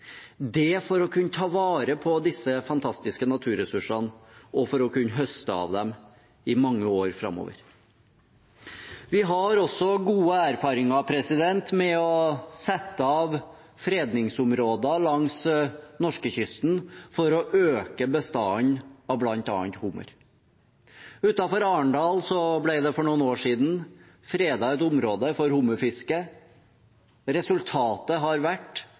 for å kunne ta vare på disse fantastiske naturressursene og kunne høste av dem i mange år framover. Vi har også gode erfaringer med å sette av fredningsområder langs norskekysten for å øke bestanden av bl.a. hummer. Utenfor Arendal ble det for noen år siden fredet et område for hummerfiske. Resultatet har vært